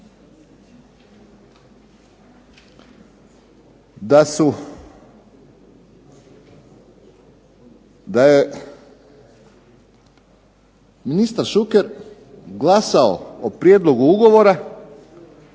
to je da je ministar Šuker glasao o prijedlogu ugovora